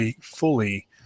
fully